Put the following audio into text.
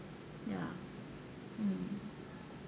ya mm